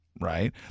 Right